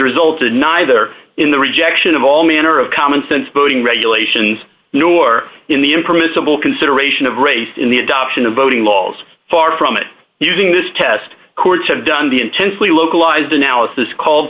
resulted neither in the rejection of all manner of commonsense voting regulations nor in the impermissible consideration of race in the adoption of voting laws far from it using this test courts have done the intensely localized analysis called